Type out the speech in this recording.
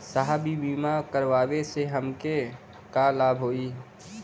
साहब इ बीमा करावे से हमके का लाभ होई?